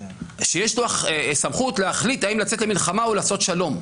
שיש לו סמכות להחליט האם לצאת למלחמה או לעשות שלום.